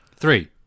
three